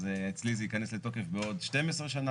אז אצלי זה ייכנס לתוקף בעוד 12 שנה,